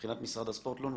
מבחינת משרד הספורט לא נוצלו?